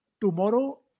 tomorrow